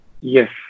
Yes